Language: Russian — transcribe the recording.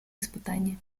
испытание